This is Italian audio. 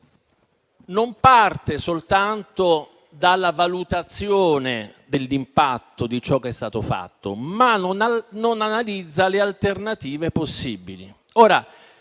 non parte soltanto dalla valutazione dell'impatto di ciò che è stato fatto, ma non analizza le alternative possibili.